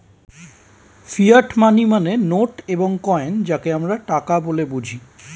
fiat money মানে note এবং coin যাকে আমরা টাকা বলে বুঝি